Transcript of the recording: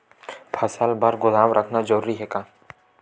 फसल बर गोदाम रखना जरूरी हे का?